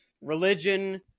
Religion